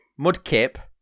Mudkip